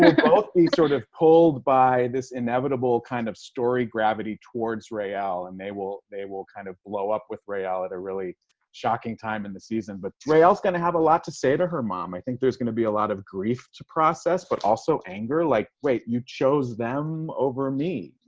both be sort of pulled by this inevitable kind of story gravity towards raelle. and they will they will kind of blow up with raelle at a really shocking time in the season. but raelle's going to have a lot to say to her mom. i think there's going to be a lot of grief to process but also anger like wait you chose them over me?